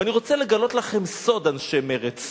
ואני רוצה לגלות לכם סוד, אנשי מרצ: